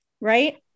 Right